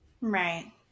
Right